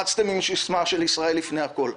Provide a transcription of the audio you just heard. רצתם עם סיסמה של "ישראל לפני הכול".